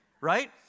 Right